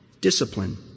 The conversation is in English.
Discipline